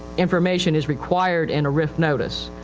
information is required in a rif notice.